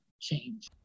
change